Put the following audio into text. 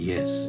Yes